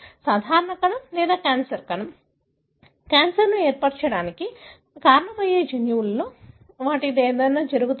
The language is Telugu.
సాధారణ కణం క్యాన్సర్ కణం క్యాన్సర్ ఏర్పడటానికి కారణమయ్యే జన్యువులో వాటి ఏదైనా జరుగుతుందా